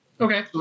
Okay